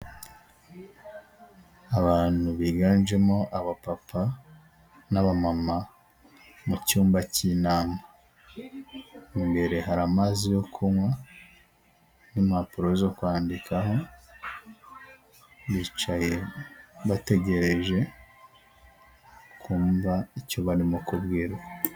Abantu biganjemo abapapa, n'abamama, mu cyumba cy'inama, imbere hari amazi yo kunywa, impapuro zo kwandikaho, bicaye bategereje, kumva icyo barimo kubwira.